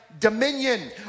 Dominion